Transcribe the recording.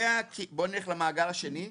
נלך למעגל השני,